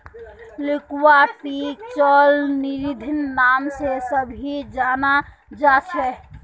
लिक्विडिटीक चल निधिर नाम से भी जाना जा छे